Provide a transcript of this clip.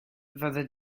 fyddi